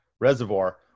Reservoir